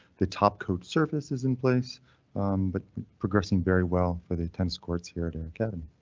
the top coat surface is in place but progressing very well for the tennis courts here at air academy.